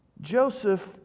Joseph